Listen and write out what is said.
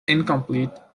incomplete